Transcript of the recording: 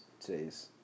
today's